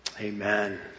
Amen